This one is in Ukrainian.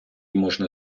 можна